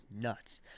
nuts